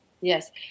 Yes